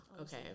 okay